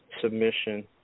submission